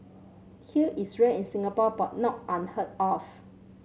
hail is rare in Singapore but not unheard of